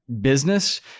business